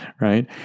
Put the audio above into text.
right